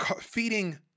feeding